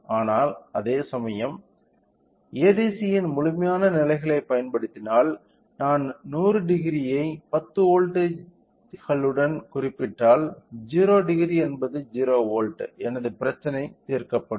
ஆனால் அதேசமயம் ADCயின் முழுமையான நிலைகளைப் பயன்படுத்தினால் நான் 1000 ஐ 10 வோல்ட்டுகளுடன் குறிப்பிட்டால் 00 என்பது 0 வோல்ட் எனது பிரச்சினை தீர்க்கப்படும்